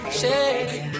shake